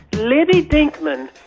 libby denkmann,